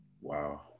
Wow